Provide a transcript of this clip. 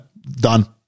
done